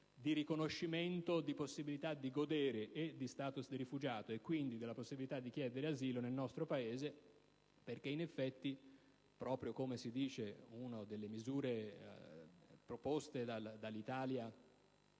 di riconoscimento e di possibilità di godere dello *status* di rifugiato e quindi della possibilità di chiedere asilo nel nostro Paese, considerato che in effetti una delle misure proposte dall'Italia